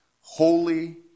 holy